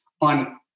on